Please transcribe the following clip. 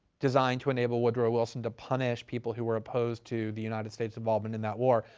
designed to enable woodrow wilson to punish people who were opposed to the united states involvement in that war.